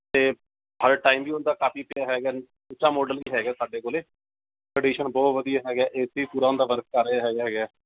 ਅਤੇ ਹਾਲੇ ਟਾਈਮ ਵੀ ਹੁੰਦਾ ਕਾਫੀ ਪਿਆ ਹੈ ਉੱਚਾ ਮੋਡਲ ਵੀ ਹੈਗਾ ਸਾਡੇ ਕੋਲੇ ਕੰਡੀਸ਼ਨ ਬਹੁਤ ਵਧੀਆ ਹੈਗਾ ਏ ਸੀ ਪੂਰਾ ਉਹਦਾ ਵਰਕ ਕਰ ਰਿਹਾ ਹੈਗਾ ਹੈਗਾ